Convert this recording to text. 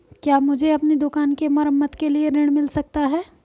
क्या मुझे अपनी दुकान की मरम्मत के लिए ऋण मिल सकता है?